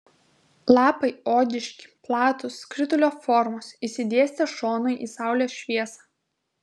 lapai odiški platūs skritulio formos išsidėstę šonu į saulės šviesą